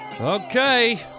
Okay